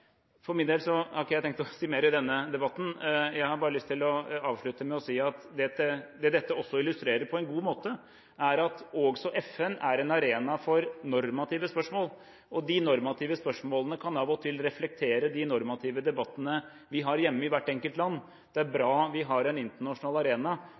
For min del har ikke jeg tenkt å si mer i denne debatten. Jeg har bare lyst til å avslutte med å si at det dette også illustrerer på en god måte, er at også FN er en arena for normative spørsmål. De normative spørsmålene kan av og til reflektere de normative debattene vi har hjemme, i hvert enkelt land. Det er bra vi har en internasjonal arena,